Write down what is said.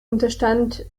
unterstand